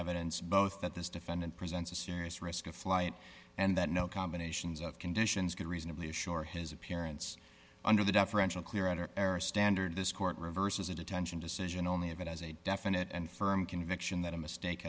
evidence both that this defendant presents a serious risk of flight and that no combinations of conditions could reasonably assure his appearance under the deferential clear outer standard this court reverses a detention decision only if it has a definite and firm conviction that a mistake